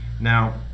now